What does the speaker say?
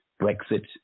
Brexit